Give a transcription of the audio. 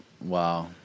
Wow